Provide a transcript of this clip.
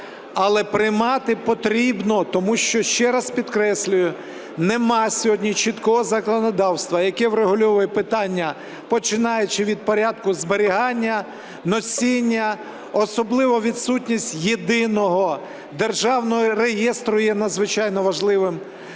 але приймати потрібно, тому що, ще раз підкреслюю, немає сьогодні чіткого законодавства, яке врегульовує питання, починаючи від порядку зберігання, носіння, особливо відсутність єдиного державного реєстру, є надзвичайно важливим.